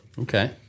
Okay